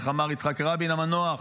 איך אמר יצחק רבין המנוח?